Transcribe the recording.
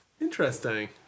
Interesting